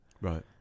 right